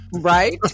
Right